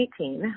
2018